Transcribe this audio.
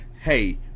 hey